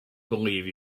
believe